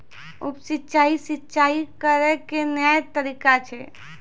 उप सिंचाई, सिंचाई करै के नया तरीका छै